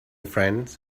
friends